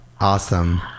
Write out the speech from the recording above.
Awesome